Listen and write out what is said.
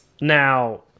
Now